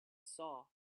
saw